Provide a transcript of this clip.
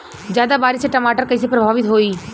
ज्यादा बारिस से टमाटर कइसे प्रभावित होयी?